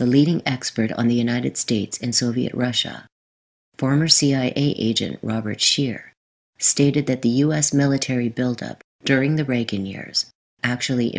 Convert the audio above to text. the leading expert on the united states in soviet russia former cia agent robert scheer stated that the us military buildup during the reagan years actually